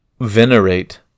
venerate